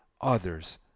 others